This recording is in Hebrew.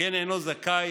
שכן אינו זכאי